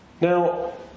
Now